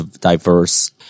diverse